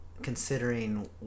Considering